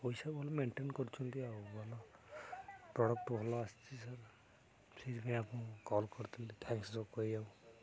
ପଇସା ଭଲ ମେଣ୍ଟେନ୍ କରୁଛନ୍ତି ଆଉ ପ୍ରଡ଼କ୍ଟ ଭଲ ଆସିଛି ସାର୍ ସେଇଥିପାଇଁ ଆପଣ କଲ୍ କରିଥିଲି ଥ୍ୟାଙ୍କସ୍ ଯେଉଁ କହିବାକୁ